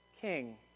king